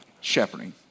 Shepherding